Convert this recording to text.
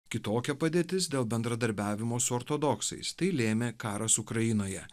kitokia padėtis dėl bendradarbiavimo su ortodoksais tai lėmė karas ukrainoje